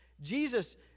Jesus